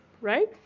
right